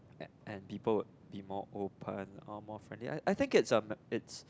a~ and people would be more open or more friendly I I think it's um a it's